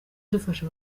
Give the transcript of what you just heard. gufasha